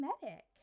cosmetic